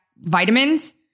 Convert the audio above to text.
vitamins